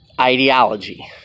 ideology